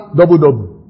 double-double